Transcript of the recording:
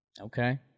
Okay